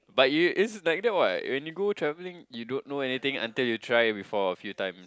but you it's like that [what] when you go travelling you don't know anything until you try it before a few time